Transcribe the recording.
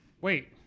Wait